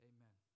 Amen